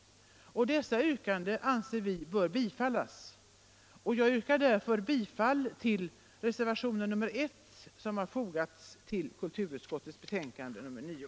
Dessa yrkanden anser vi bör bifallas. Jag yrkar därför bifall till reservationen 1 vid kulturutskottets betänkande nr 9.